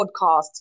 podcast